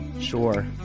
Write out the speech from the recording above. Sure